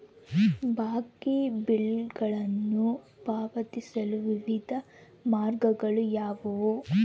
ಬಾಕಿ ಬಿಲ್ಗಳನ್ನು ಪಾವತಿಸಲು ವಿವಿಧ ಮಾರ್ಗಗಳು ಯಾವುವು?